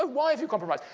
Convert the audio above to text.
ah why have you compromised?